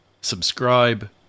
subscribe